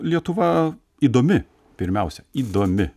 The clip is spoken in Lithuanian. lietuva įdomi pirmiausia įdomi